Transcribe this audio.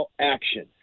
action